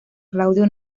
claudio